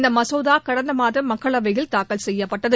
இந்த மசோதா கடந்த மாதம் மக்களவையில் தாக்கல் செய்யப்பட்டது